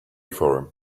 for